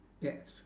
yes